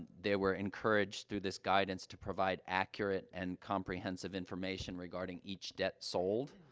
they were encouraged, through this guidance, to provide accurate and comprehensive information regarding each debt sold,